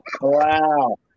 Wow